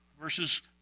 verses